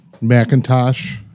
Macintosh